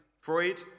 Freud